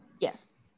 Yes